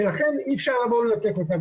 לכן אי אפשר לבוא ולנתק אותה.